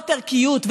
זאת ערכיות,